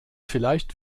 vielleicht